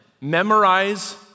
memorize